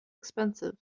expensive